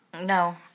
No